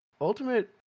Ultimate